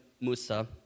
Musa